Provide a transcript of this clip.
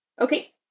Okay